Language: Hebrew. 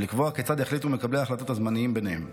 ולקבוע כיצד יחליטו מקבלי ההחלטות הזמניים ביניהם.